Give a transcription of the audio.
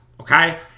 okay